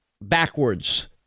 backwards